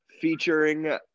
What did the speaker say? featuring –